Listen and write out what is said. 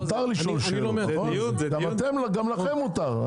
גם לכם מותר.